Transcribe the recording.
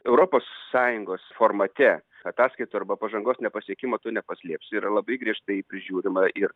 europos sąjungos formate ataskaitų arba pažangos nepasiekimo tu nepaslėpsi yra labai griežtai prižiūrima ir